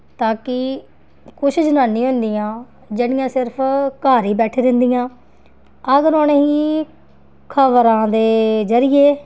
ताकि कुछ जनानियां होंदियां जेह्ड़ियां सिर्फ घर गै बैठी दियां रैंह्दियां अगर उ'नेंगी खबरां दे जरिये